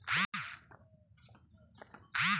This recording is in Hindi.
ग्राहक को एक तय समय तक मंथली इंस्टॉल्मेंट देना पड़ता है